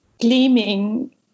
gleaming